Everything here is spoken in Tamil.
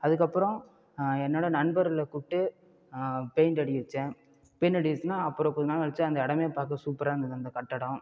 அதுக்கப்புறம் என்னோட நண்பர்களை கூப்ட்டு பெயிண்ட் அடிக்க வச்சேன் பெயிண்ட் அடிக்க வச்சொன்னவே அப்புறம் கொஞ்ச நாள் கழிச்சு அந்த இடமே பார்க்க சூப்பராக இருந்தது அந்த கட்டிடம்